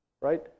right